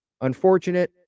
Unfortunate